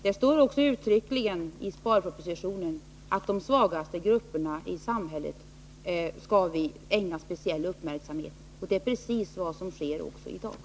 Det står också uttryckligen i sparpropositionen att vi skall ägna de svagaste grupperna i samhället speciell uppmärksamhet, och det är precis vad som sker i dag.